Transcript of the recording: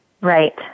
Right